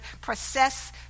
process